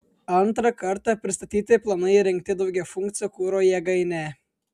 antrą kartą pristatyti planai įrengti daugiafunkcę kuro jėgainę